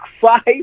five